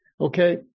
Okay